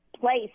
place